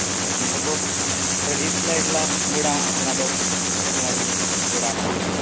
okay അപ്പം നിങ്ങളിപ്പോൾ traditional ആയിട്ട് ഉള്ള വീടാണോ നോക്കണത് അതോ പുതിയ മോഡല് വീടാണോ നോക്കണത്